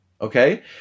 Okay